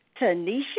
Tanisha